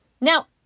Now